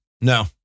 No